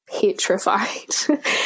petrified